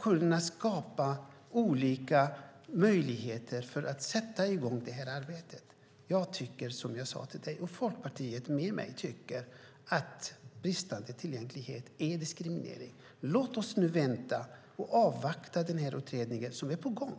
kunna skapa olika möjligheter för att sätta i gång detta arbete. Jag och Folkpartiet med mig tycker att bristande tillgänglighet är diskriminering. Låt oss nu vänta och avvakta den utredning som är på gång!